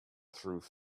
through